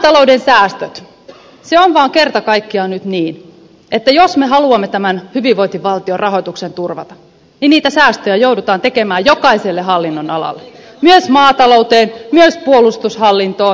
maatalouden säästöt se on vaan kerta kaikkiaan nyt niin että jos me haluamme turvata tämän hyvinvointivaltion rahoituksen niitä säästöjä joudutaan tekemään jokaiselle hallinnonalalle myös maatalouteen myös puolustushallintoon